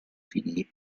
figli